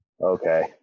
Okay